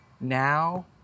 now